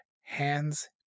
hands